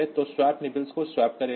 तो swap nibbles को swap करेगा